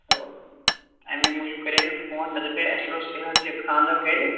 تہٕ اَمےَ موٗجوٗب کَرے مےٚ فون مےٚ دوٚپے اسہِ اوس یہِ حظ یہِ خانٛدر گَرِ